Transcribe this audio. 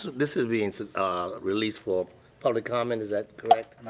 this is being ah released for public comment. is that correct?